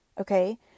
Okay